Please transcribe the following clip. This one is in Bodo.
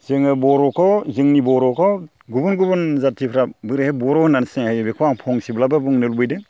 जोङो बर'खौ जोंनि बर'खौ गुबुन गुबुन जाथिफ्रा बोरैहाय बर' होननानै सिनायो बेखौ आं फंसेब्लाबो बुंनो लुबैदों